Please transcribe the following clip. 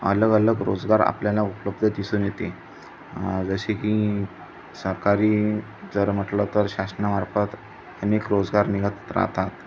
अलगअलग रोजगार आपल्याला उपलब्ध दिसून येते जसे की सरकारी जर म्हटलं तर शासनामार्फत अनेक रोजगार निघत राहतात